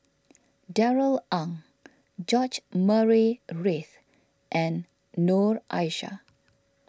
Darrell Ang George Murray Reith and Noor Aishah